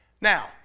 Now